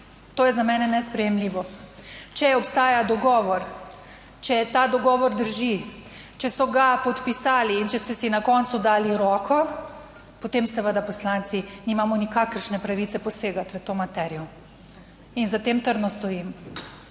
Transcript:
To je za mene nesprejemljivo. Če obstaja dogovor, če je ta dogovor drži, če so ga podpisali in če ste si na koncu dali roko potem seveda poslanci nimamo nikakršne pravice posegati v to materijo. In za tem trdno stojim.